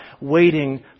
waiting